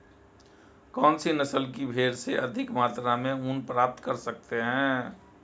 कौनसी नस्ल की भेड़ से अधिक मात्रा में ऊन प्राप्त कर सकते हैं?